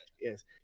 Yes